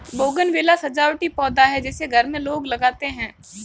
bougainvillea सजावटी पौधा है जिसे घर में लोग लगाते हैं